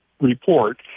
report